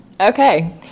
Okay